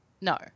no